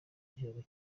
igihugu